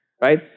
right